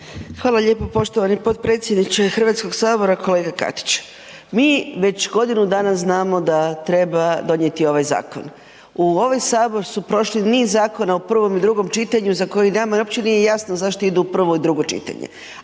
Hvala lijepo poštovani potpredsjedniče Hrvatskoga sabora. Kolega Katić, mi već godinu dana znamo da treba donijeti ovaj zakon. U ovaj Sabor su prošli niz zakona u prvom i drugom čitanju za koji nama uopće nije jasno zašto idu u prvo i drugo čitanje.